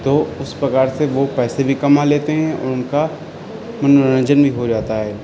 تو اس پرکار سے وہ پیسے بھی کما لتیے ہیں اور ان کا منورنجن بھی ہو جاتا ہے